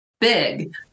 big